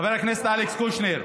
חבר הכנסת אלכס קושניר,